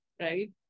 right